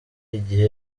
igihe